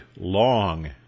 long